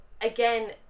again